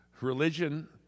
Religion